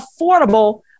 affordable